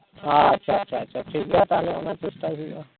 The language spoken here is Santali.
ᱟᱪᱪᱷᱟ ᱟᱪᱪᱷᱟ ᱟᱪᱪᱷᱟ ᱴᱷᱤᱠᱜᱮᱭᱟ ᱛᱟᱦᱞᱮ ᱚᱱᱟ ᱪᱮᱥᱴᱟᱭ ᱦᱩᱭᱩᱜᱼᱟ